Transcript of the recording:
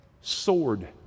Sword